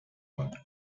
not